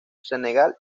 senegal